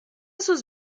sus